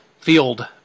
field